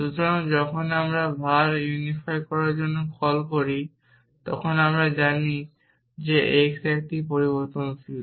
সুতরাং যখন আমরা var unify করার জন্য কল করি তখন আমরা জানি যে x একটি পরিবর্তনশীল